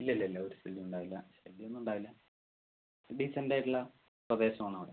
ഇല്ല ഇല്ല ഇല്ല ഒരു ശല്യവും ഉണ്ടാവില്ല ശല്യം ഒന്നും ഉണ്ടാവില്ല ഡീസന്റ് ആയിട്ടുള്ള പ്രദേശം ആണ് അവിടെ